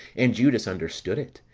and judas understood it,